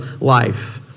life